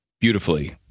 Beautifully